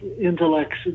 intellects